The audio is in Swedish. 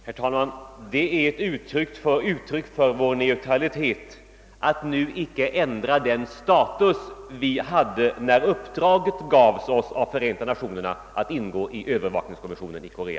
Herr talman! Det är ett uttryck för vår neutralitet att nu icke ändra den status som vi hade när uppdraget gavs oss av Förenta nationerna att ingå i övervakningskommissionen i Korea.